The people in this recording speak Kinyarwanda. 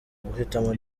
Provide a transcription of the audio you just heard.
guhitamo